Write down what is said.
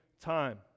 time